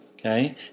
Okay